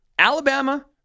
Alabama